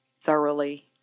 thoroughly